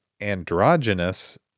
androgynous